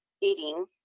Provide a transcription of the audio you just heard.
eating